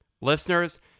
Listeners